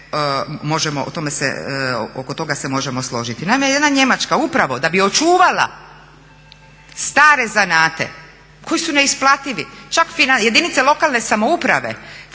oko toga možemo složiti. Naime, jedna Njemačka upravo da bi očuvala stare zanate koji su neisplativi, čak jedinice lokalne samouprave